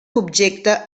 objecte